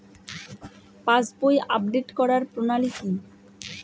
পাসবই update করার প্রণালী কি?